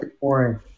boring